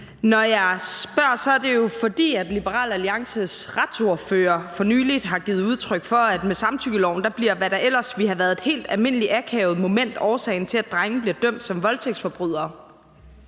Når jeg spørger, er det jo, fordi Liberal Alliances retsordfører for nylig har givet udtryk for, at med samtykkeloven bliver, hvad der ellers ville have været et helt almindeligt akavet moment, årsagen til, at drenge bliver dømt som voldtægtsforbrydere,